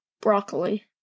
Broccoli